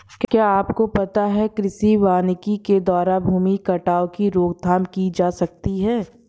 क्या आपको पता है कृषि वानिकी के द्वारा भूमि कटाव की रोकथाम की जा सकती है?